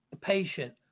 patient